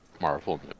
Marvel